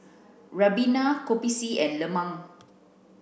ribena kopi C and lemang